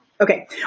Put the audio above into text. Okay